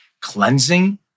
cleansing